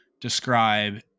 describe